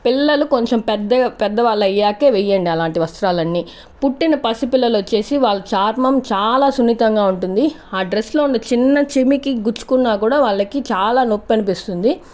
పిల్లలు కొంచెం పెద్ద పెద్ద వాళ్ళయ్యాకే వెయ్యండి అలాంటి వస్త్రాలన్నీ పుట్టిన పసిపిల్లలు వచ్చేసి వాళ్ళ చర్మం చాలా సున్నితంగా ఉంటుంది ఆడ్రెస్ లో ఉన్న చిన్న చిమికి గుచ్చుకున్న కూడా వాళ్లకి చాలా నొప్పి అనిపిస్తుంది